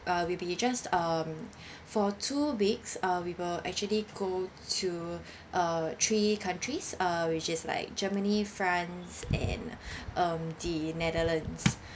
uh will be just um for two weeks uh we will actually go to uh three countries uh which is like germany france and um the netherlands